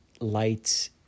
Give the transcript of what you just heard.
lights